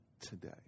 today